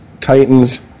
Titans